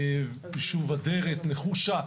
יישוב אדרת, נחושה.